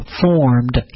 formed